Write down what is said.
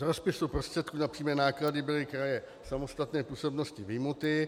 Z rozpisu prostředků na přímé náklady byly kraje v samostatné působnosti vyjmuty.